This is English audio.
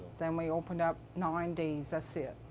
then we opened up nine days, that's it,